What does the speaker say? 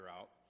out